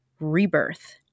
Rebirth